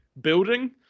building